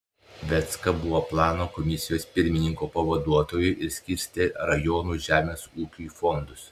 vecka buvo plano komisijos pirmininko pavaduotoju ir skirstė rajonų žemės ūkiui fondus